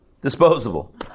disposable